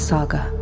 Saga